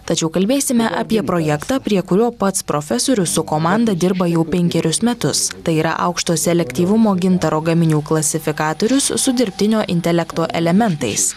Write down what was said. tačiau kalbėsime apie projektą prie kurio pats profesorius su komanda dirba jau penkerius metus tai yra aukšto selektyvumo gintaro gaminių klasifikatorius su dirbtinio intelekto elementais